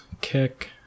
kick